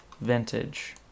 vintage